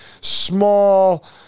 small